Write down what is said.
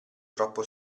troppo